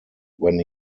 when